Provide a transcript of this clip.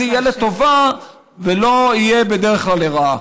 יהיה לטובה ולא יהיה בדרך כלל לרעה.